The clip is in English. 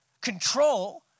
control